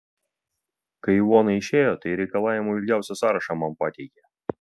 kai ivona išėjo tai reikalavimų ilgiausią sąrašą man pateikė